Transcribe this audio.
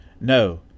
No